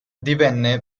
divenne